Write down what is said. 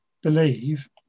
believe